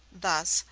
thus,